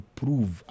prove